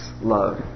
love